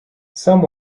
some